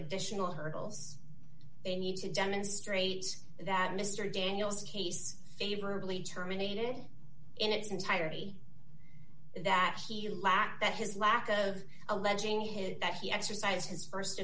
additional hurdles they need to demonstrate that mr daniels case favorably terminated in its entirety that he lacked that his lack of alleging his that he exercised his